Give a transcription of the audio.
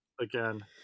again